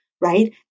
right